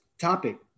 topic